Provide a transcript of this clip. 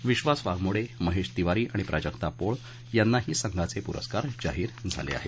विश्वास वाघमोडे महेश तिवारी आणि प्राजक्ता पोळ यांनाही संघाचे पुरस्कार जाहीर झाले आहेत